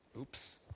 Oops